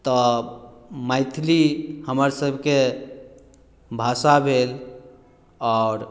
तऽ मैथिली हमर सबके भाषा भेल आओर